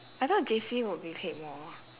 I thought J_C would be paid more